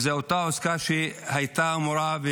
זו אותה עסקה שהייתה אמורה להיות,